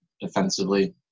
defensively